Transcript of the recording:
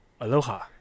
aloha